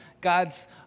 God's